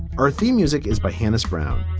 our theme music is by hannis brown.